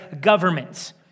governments